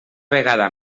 vegada